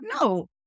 no